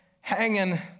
hanging